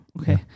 okay